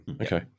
Okay